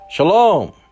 Shalom